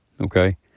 okay